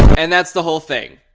and that's the whole thing.